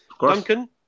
Duncan